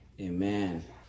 Amen